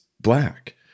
Black